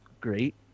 great